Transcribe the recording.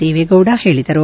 ದೇವೇಗೌಡ ಹೇಳಿದರು